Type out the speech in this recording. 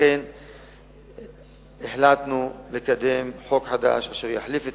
לכן החלטנו לקדם חוק חדש אשר יחליף את